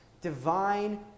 divine